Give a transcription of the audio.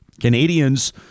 Canadians